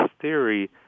theory